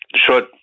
short